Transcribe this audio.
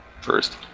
first